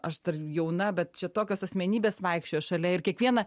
aš dar jauna bet čia tokios asmenybės vaikščiojo šalia ir kiekvieną